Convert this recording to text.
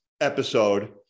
episode